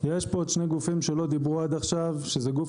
עוד שני גופים שלא דיברו עד עכשיו: גוף